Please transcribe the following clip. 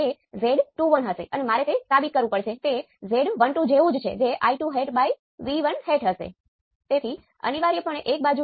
આ VAB એ node હોવું જોઈએ